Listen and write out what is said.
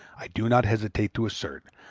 i do not hesitate to assert,